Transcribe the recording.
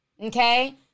okay